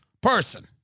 person